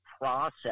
process